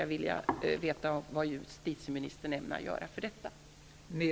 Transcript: Jag vill veta vad justitieministern ämnar göra i detta avseende.